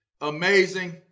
Amazing